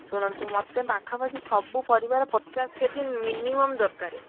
ଶୁଣନ୍ତୁ ମୋତେ ପାଖାପାଖି ସବୁ ପରିବାର ପଚାଶ କେଜି ମିନିମମ୍ ଦରକାର